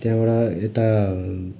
त्यहाँबाट यता